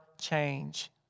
change